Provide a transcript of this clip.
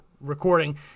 recording